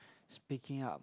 speaking up